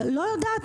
לא יודעת,